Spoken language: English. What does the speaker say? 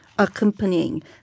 accompanying